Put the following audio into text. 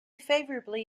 favourably